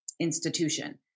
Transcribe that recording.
institution